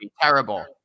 terrible